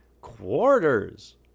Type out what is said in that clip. quarters